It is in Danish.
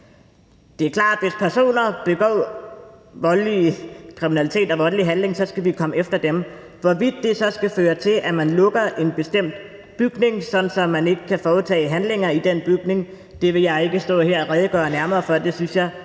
Det er klart, at hvis personer begår voldelig kriminalitet og voldelige handlinger, skal vi komme efter dem. Hvorvidt det så skal føre til, at man lukker en bestemt bygning, sådan at man ikke kan foretage handlinger i den bygning, vil jeg ikke stå her og redegøre nærmere for.